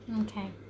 Okay